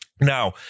Now